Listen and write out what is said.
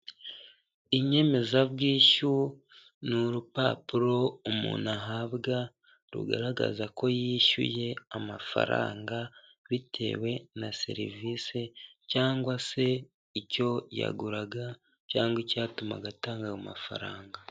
Inyemezabwishyu ni urupapuro umuntu ahabwa rugaragaza ko yishyuye amafaranga bitewe na serivise cyangwa se icyo yaguraga cyangwa icyatumaga atanga ayo mafaranga.